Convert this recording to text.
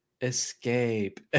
escape